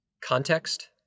context